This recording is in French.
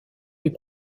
les